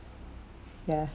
ya